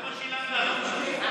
כמה שילמת לו, מיקי?